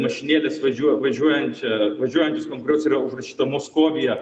mašinėlės važiuo važiuojančią važiuojant ant kurios yra užrašyta moskovija